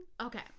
okay